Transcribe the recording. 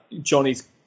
Johnny's